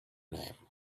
name